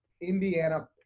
Indiana